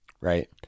right